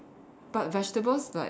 but vegetables like